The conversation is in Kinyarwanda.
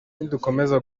nidukomeza